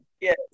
Yes